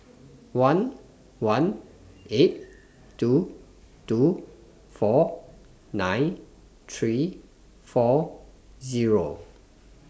one one eight two two four nine three four Zero